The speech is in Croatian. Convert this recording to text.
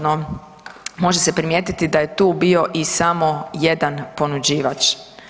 No može se primijetiti da je tu bio i samo jedan ponuđivač.